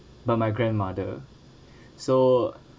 by my grandmother so